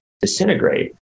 disintegrate